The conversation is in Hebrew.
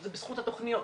זה בזכות התוכניות,